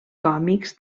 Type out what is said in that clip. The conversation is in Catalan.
còmics